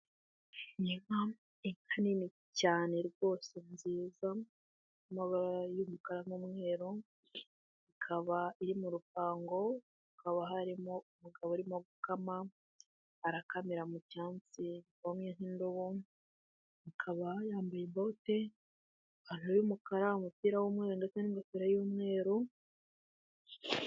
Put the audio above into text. Ni inka nini cyane rwose nziza yamabara y'umukara n'umweru, ikaba iri mu rupango hakaba harimo umugabo arimo gukama arakamira mu cyantsi, akaba yambaye bote n'pantaro y'umukara, umupira w'umweru ndetse n'ingofero y'umweru.